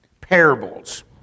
parables